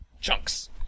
chunks